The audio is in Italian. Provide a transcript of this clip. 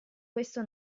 questo